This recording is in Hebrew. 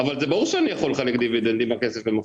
אבל זה ברור שאני יכול לחלק דיבידנדים אם הכסף במחלוקת.